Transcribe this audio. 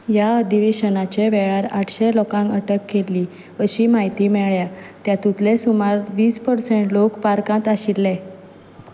ह्या अदिवेशनाचे वेळार आठशे लोकांक अटक केल्ली अशी म्हायती मेळ्या त्यातुतले सुमार वीस पर्सण लोक पार्कांत आशिल्ले